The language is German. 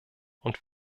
und